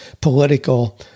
political